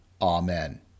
Amen